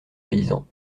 paysans